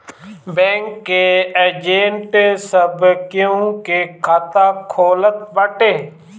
bank के agent सब केहू के खाता खोलत बाटे